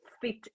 fit